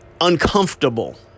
uncomfortable